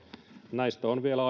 näistä on vielä